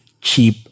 cheap